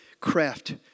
craft